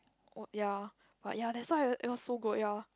ya but ya that's why it was so good ya